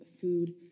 food